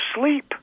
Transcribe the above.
sleep